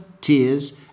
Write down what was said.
tears